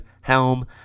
Helm